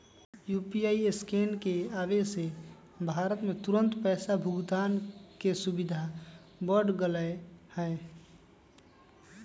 UPI scan के आवे से भारत में तुरंत पैसा भुगतान के सुविधा बढ़ गैले है